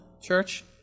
church